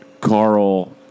Carl